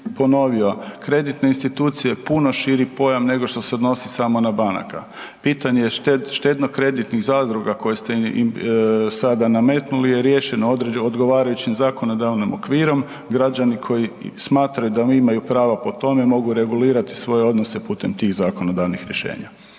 ponovio, kreditne institucije puno širi pojam nego što se odnosi samo na banke. Pitanje je štedno-kreditnih zadruga koja ste sada nametnuli je riješeno odgovarajućim zakonodavnim okvirom, građani koji smatraju da imaju prava po tome, mogu regulirati svoje odnose putem tih zakonodavnih rješenja.